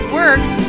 works